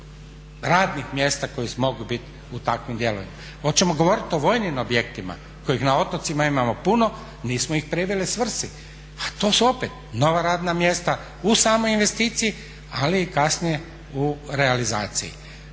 radnih mjesta koji mogu bit u takvim dijelovima. Hoćemo govoriti o vojnim objektima kojih na otocima imamo puno, nismo ih priveli svrsi, a to su opet nova radna mjesta u samoj investiciji, ali i kasnije u realizaciji.